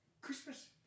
Christmas